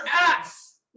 ass